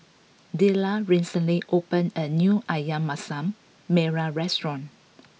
Dellar recently opened a new Ayam Masak Merah restaurant